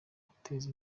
guteza